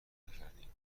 نکردهایم